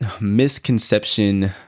Misconception